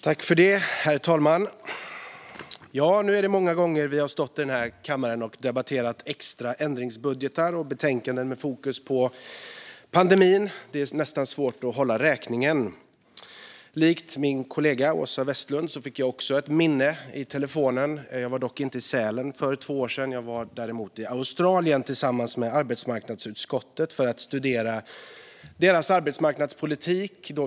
Herr talman! Nu är det många gånger vi har stått i den här kammaren och debatterat extra ändringsbudgetar och betänkanden med fokus på pandemin. Det är nästan svårt att hålla räkningen. Likt min kollega Åsa Westlund fick jag också ett minne i telefonen. Jag var dock inte i Sälen för två år sedan. Jag var däremot i Australien tillsammans med arbetsmarknadsutskottet för att studera deras arbetsmarknadspolitik.